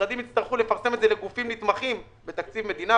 המשרדים יצטרכו לפרסם את זה לגופים נתמכים בתקציב מדינה,